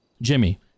Jimmy